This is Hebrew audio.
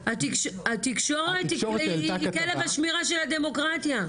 התקשורת היא כלב השמירה של הדמוקרטיה.